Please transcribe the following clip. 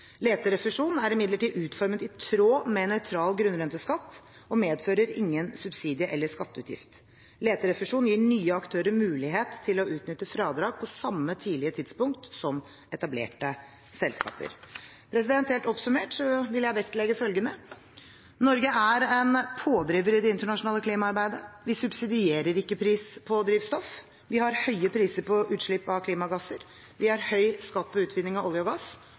Leterefusjon er imidlertid utformet i tråd med nøytral grunnrenteskatt og medfører ingen subsidie- eller skatteutgift. Leterefusjon gir nye aktører mulighet til å utnytte fradrag på samme tidlige tidspunkt som etablerte selskaper. Helt oppsummert vil jeg vektlegge følgende: Norge er en pådriver i det internasjonale klimaarbeidet. Vi subsidierer ikke pris på drivstoff. Vi har høye priser på utslipp av klimagasser. Vi har høy skatt på utvinning av olje og gass.